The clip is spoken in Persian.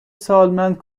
سالمند